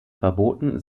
verboten